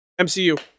MCU